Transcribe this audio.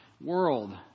world